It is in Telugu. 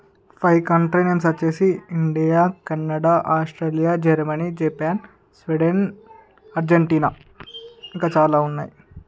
ఫైవ్ కంట్రీ నేమ్స్ వచ్చేసి India Canada Australia Germany Japan Sweden Argentina ఇంకా చాలా ఉన్నాయి